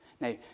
Now